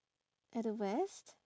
at the west